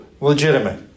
legitimate